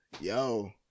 yo